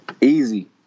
easy